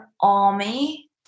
army